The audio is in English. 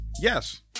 Yes